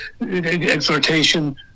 exhortation